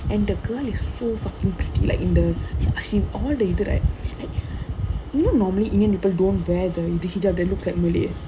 and the girl is so fucking pretty like in the ya she all the interact you know like normally indian people don't wear the hijab that looks like malay